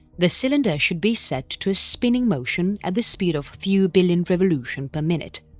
the cylinder should be set to a spinning motion at the speed of few billion revolution per minute.